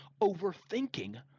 overthinking